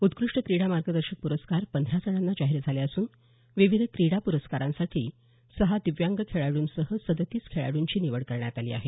उत्कृष्ट क्रीडा मार्गदर्शक प्रस्कार पंधरा जणांना जाहीर झाले असून विविध क्रीडा पुरस्कारांसाठी सहा दिव्यांग खेळाडूंसह सदतीस खेळाडूंची निवड करण्यात आली आहे